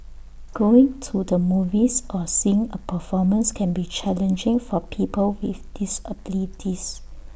going to the movies or seeing A performance can be challenging for people with disabilities